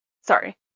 Sorry